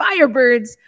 Firebirds